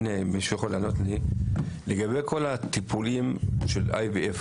לגבי הטיפולים של ה-IVF,